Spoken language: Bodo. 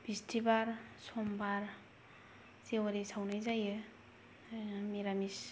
बिस्तिबार समबार जेवारि सावनाय जायो मिरामिस